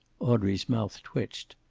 audrey's mouth twitched.